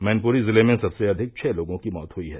मैनपुरी जिले में सबसे अधिक छह लोगों की मौत हुई है